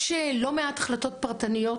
יש לא מעט החלטות פרטניות,